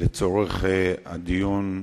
לצורך הדיון,